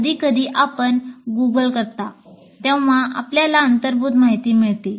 कधीकधी आपण गूगल करता तेव्हा आपल्याला अंतर्भूत माहिती मिळते